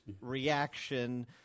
reaction